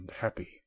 happy